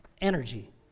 energy